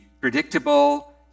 predictable